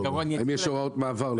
יש הוראות מעבר?